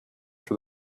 for